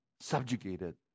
subjugated